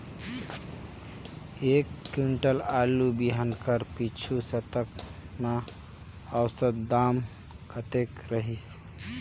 एक कुंटल आलू बिहान कर पिछू सप्ता म औसत दाम कतेक रहिस?